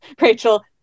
Rachel